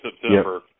September